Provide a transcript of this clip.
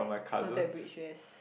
contact bridge yes